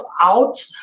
out